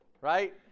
Right